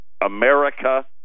America